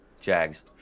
Jags